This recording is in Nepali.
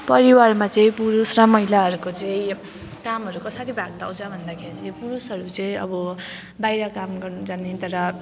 परिवारमा चाहिँ पुरुष र महिलाहरूको चाहिँ कामहरू कसरी भाग लगाउँछ भन्दाखेरि चाहिँ पुरुषहरू चाहिँ अब बाहिर काम गर्नु जाने तर